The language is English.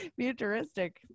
futuristic